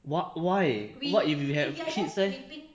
what why what if you have kids